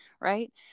right